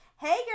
hey